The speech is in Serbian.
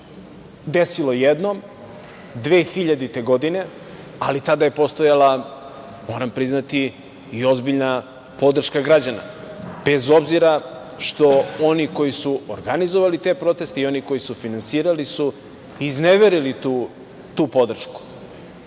desilo jednom 2000. godine, ali tada je postojala, moram priznati i ozbiljna podrška građana, bez obzira oni što su organizovali te proteste i oni koji su finansirali, izneverili su tu podršku.